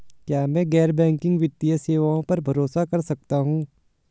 क्या मैं गैर बैंकिंग वित्तीय सेवाओं पर भरोसा कर सकता हूं?